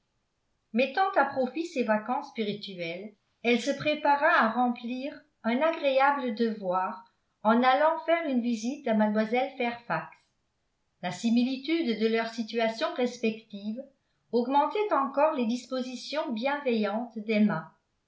mettant à profit ses vacances spirituelles elle se prépara à remplir un agréable devoir en allant faire une visite à mlle fairfax la similitude de leur situation respective augmentait encore les dispositions bienveillantes d'emma